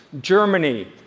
Germany